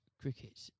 cricket